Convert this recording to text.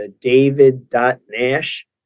david.nash